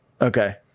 Okay